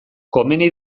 komeni